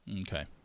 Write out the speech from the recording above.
Okay